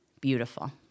beautiful